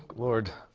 lord!